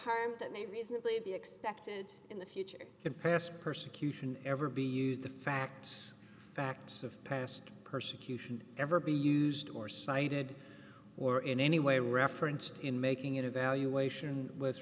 harm that may reasonably be expected in the future and past persecution ever be used the facts facts of past persecution ever be used or cited or in any way referenced in making it evaluation with